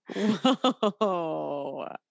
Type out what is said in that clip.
Whoa